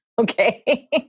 Okay